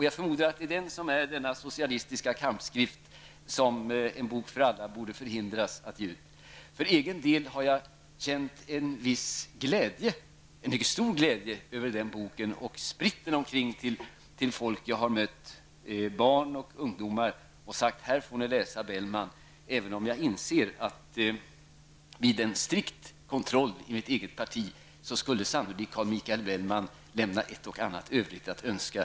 Jag förmodar att det är den som avses när det talas om en socialistisk kampskrift som borde förhindras i Jag för min del känner mycket stor glädje när det gäller den här boken. Jag har spritt den bland människor, både barn och ungdomar, som jag har mött. Jag har sagt att de nu kan läsa Bellman. Men jag inser att Carl Michael Bellman, vid en strikt kontroll i mitt eget parti, sannolikt skulle lämna ett och annat att önska.